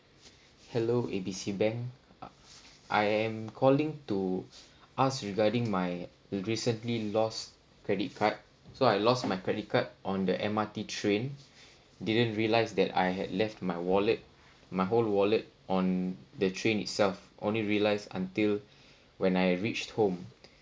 hello A B C bank I am calling to ask regarding my recently lost credit card so I lost my credit card on the M_R_T train didn't realise that I had left my wallet my whole wallet on the train itself only realised until when I reached home